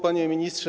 Panie Ministrze!